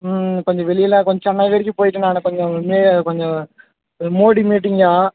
ம் கொஞ்சம் வெளியில் கொஞ்சம் சென்னை வரைக்கும் போயிட்டேன் நான் கொஞ்சம் மீடியாவில் கொஞ்சம் மோடி மீட்டிங்கா